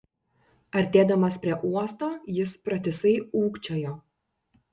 artėdamas prie uosto jis pratisai ūkčiojo